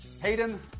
Hayden